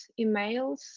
emails